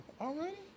already